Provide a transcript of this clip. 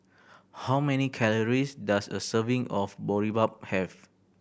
how many calories does a serving of Boribap have